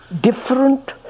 different